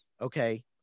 okay